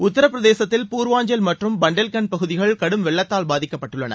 உத்தரப்பிரதேசத்தில் பூர்வாஞ்சல் மற்றும் பண்டேல்கன்ட் பகுதிகள் கடும் வெள்ளத்தால் பாதிக்கப்பட்டுள்ளன